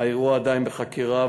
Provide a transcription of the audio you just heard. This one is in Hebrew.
האירוע עדיין בחקירה,